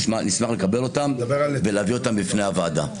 נשמח לקבל אותן ולהביא ואתן בפני הוועדה.